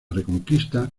reconquista